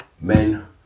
men